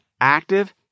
active